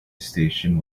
station